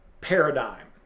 paradigm